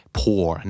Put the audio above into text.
poor